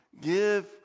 give